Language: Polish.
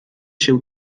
się